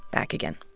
back again.